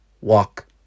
walk